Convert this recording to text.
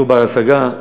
דיור בר-השגה,